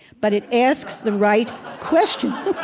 but it asks the right questions.